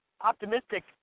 optimistic